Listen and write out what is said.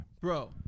Bro